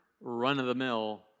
run-of-the-mill